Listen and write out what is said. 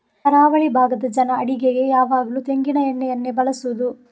ಕರಾವಳಿ ಭಾಗದ ಜನ ಅಡಿಗೆಗೆ ಯಾವಾಗ್ಲೂ ತೆಂಗಿನ ಎಣ್ಣೆಯನ್ನೇ ಬಳಸುದು